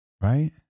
Right